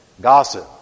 gossip